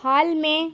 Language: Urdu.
حال میں